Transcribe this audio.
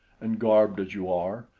and garbed as you are.